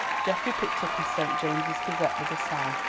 geoffrey picked up his st. james's gazette with a sigh.